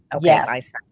Yes